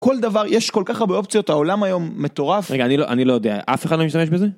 כל דבר יש כל כך הרבה אופציות העולם היום מטורף אני לא אני לא יודע אף אחד לא משתמש בזה.